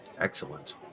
excellent